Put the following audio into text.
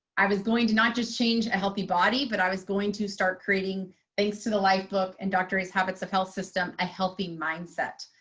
i was going to not just change a healthy body, but i was going to start creating thanks to the lifebook and dr. a's habits of health system, a healthy mindset.